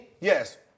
yes